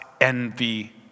envy